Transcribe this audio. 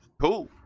cool